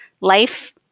life